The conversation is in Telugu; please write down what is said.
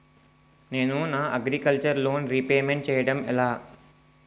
నేను నా అగ్రికల్చర్ లోన్ రీపేమెంట్ చేయడం ఎలా?